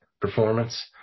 performance